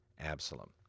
Absalom